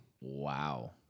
Wow